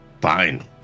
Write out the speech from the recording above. fine